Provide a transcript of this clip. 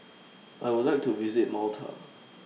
I Would like to visit Malta